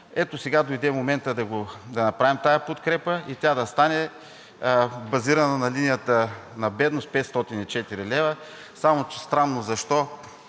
Ето, сега дойде моментът да направим тази подкрепа и тя да стане базирана на линията на бедност – 504 лв., само че е странно защо